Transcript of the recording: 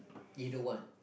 either one